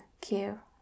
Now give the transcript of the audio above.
care